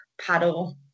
paddle